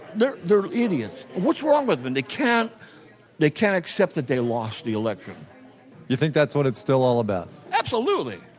they're they're idiots. what's wrong with them? they can't they can't accept that they lost the election you think that's what it's still all about? absolutely!